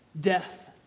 death